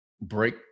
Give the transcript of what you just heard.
break